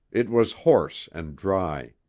it was hoarse and dry.